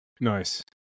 Nice